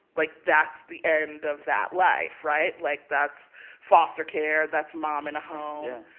like, that's the end of that life, right? like, that's foster care. that's mom in a home,